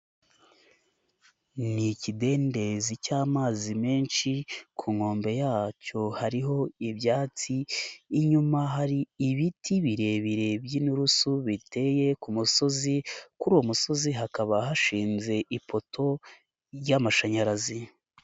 Ni ikidendezi cyamazi menshi, ku nkombe yacyo hariho ibyatsi, inyuma hari ibiti birebire by'inturusu biteye ku musozi, kuri uwo musozi hakaba hashinze ipoto y'amashanyarazi.